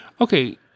Okay